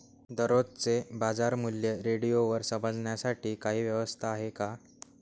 दररोजचे बाजारमूल्य रेडिओवर समजण्यासाठी काही व्यवस्था आहे का?